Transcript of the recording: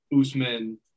Usman